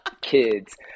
kids